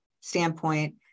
standpoint